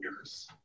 years